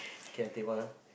okay I take one ah